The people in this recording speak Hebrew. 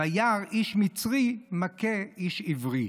וירא איש מצרי מכה איש עברי".